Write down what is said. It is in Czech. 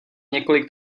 několik